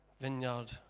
vineyard